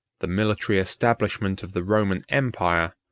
the military establishment of the roman empire,